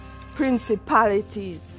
principalities